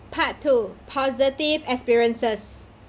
part two positive experiences